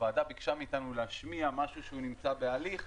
הוועדה ביקשה מאיתנו להשמיע משהו שנמצא בהליך.